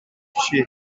she